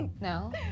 No